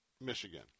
Michigan